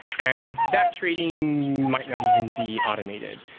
and that trading might not even be automated,